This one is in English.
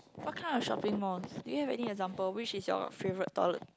what kind of shopping malls do you have any example which is your favourite toilet